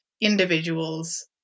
individuals